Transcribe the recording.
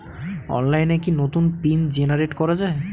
অনলাইনে কি নতুন পিন জেনারেট করা যায়?